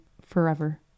forever